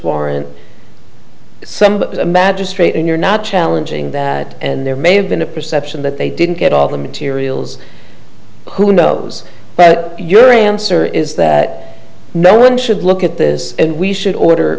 warrant somebody a magistrate and you're not challenging that and there may have been a perception that they didn't get all the materials who knows but you're answer is that no one should look at this and we should order